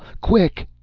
quick!